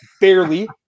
Barely